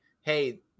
hey